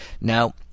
Now